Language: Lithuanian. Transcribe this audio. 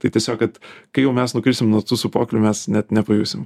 tai tiesiog kad kai jau mes nukrisim nuo sūpuoklių mes net nepajusim